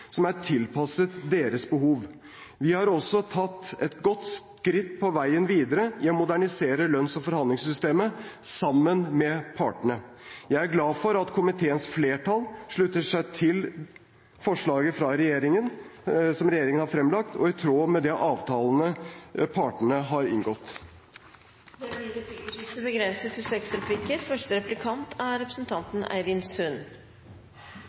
som er tilpasset deres behov. Vi har også tatt et godt skritt på veien videre i å modernisere lønns- og forhandlingssystemet sammen med partene. Jeg er glad for at komiteens flertall slutter seg til forslaget som regjeringen har fremlagt, i tråd med de avtalene partene har inngått. Det blir replikkordskifte. Nå er